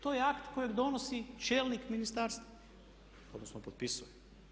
To je akt kojeg donosi čelnik ministarstva, odnosno potpisuje.